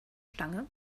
stange